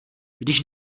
když